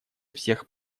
всех